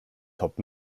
top